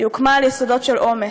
היא הוקמה על יסודות של אומץ,